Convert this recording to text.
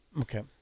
Okay